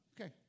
Okay